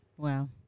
Wow